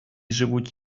живуть